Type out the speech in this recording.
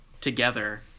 together